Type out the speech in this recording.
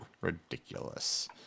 ridiculous